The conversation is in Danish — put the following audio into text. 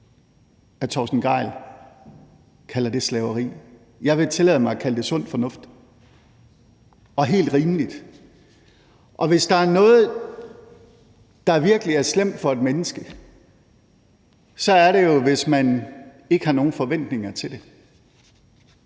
hr. Torsten Gejl kalder det slaveri. Jeg vil tillade mig at kalde det sund fornuft og helt rimeligt. Og hvis der er noget, der virkelig er slemt for et menneske, så er det jo, hvis man ikke har nogen forventninger til det.